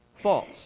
false